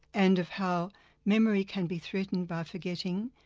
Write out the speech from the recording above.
and of how memory can be threatened by forgetting.